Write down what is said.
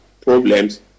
problems